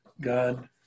God